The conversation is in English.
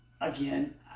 again